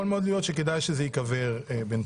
יכול מאוד להיות שכדאי שזה ייקבר בינתיים,